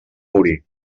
morir